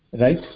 right